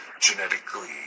genetically